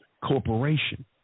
corporation